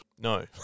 No